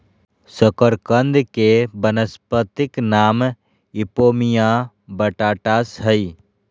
शकरकंद के वानस्पतिक नाम इपोमिया बटाटास हइ